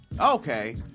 okay